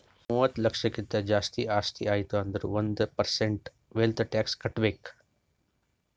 ಮೂವತ್ತ ಲಕ್ಷಕ್ಕಿಂತ್ ಜಾಸ್ತಿ ಆಸ್ತಿ ಆಯ್ತು ಅಂದುರ್ ಒಂದ್ ಪರ್ಸೆಂಟ್ ವೆಲ್ತ್ ಟ್ಯಾಕ್ಸ್ ಕಟ್ಬೇಕ್